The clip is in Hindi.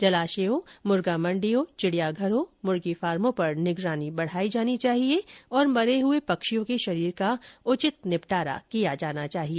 जलाशयों मुर्गा मंडियों चिड़ियाघरों मुर्गी फार्मो पर निगरानी बढ़ाई जानी चाहिए तथा मरे हुए पक्षियों के शरीर का उचित निपटारा किया जाना चाहिए